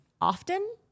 often